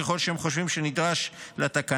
ככל שהם חושבים שנדרש לתקנה,